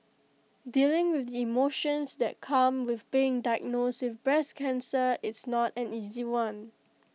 dealing with the emotions that come with being diagnosed with breast cancer is not an easy one